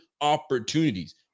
opportunities